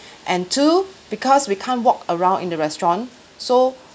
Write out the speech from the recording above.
and two because we can't walk around in the restaurant so